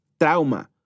trauma